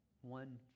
one